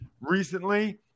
recently